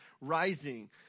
rising